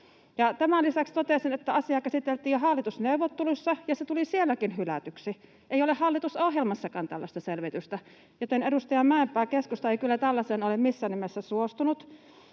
tämän lisäksi totesin, että asiaa käsiteltiin hallitusneuvotteluissa, ja se tuli sielläkin hylätyksi. Ei ole hallitusohjelmassakaan tällaista selvitystä, joten, edustaja Mäenpää, keskusta ei kyllä tällaiseen ole missään nimessä suostunut.